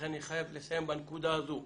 לכן אני חייב לסיים בנקודה הזאת.